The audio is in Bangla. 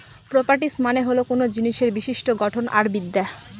প্রর্পাটিস মানে হল কোনো জিনিসের বিশিষ্ট্য গঠন আর বিদ্যা